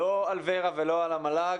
לא על ור"ה ולא על המל"ג.